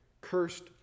cursed